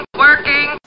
working